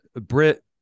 Brit